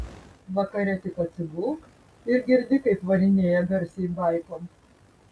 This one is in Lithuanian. vakare tik atsigulk ir girdi kaip varinėja garsiai baikom